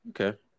Okay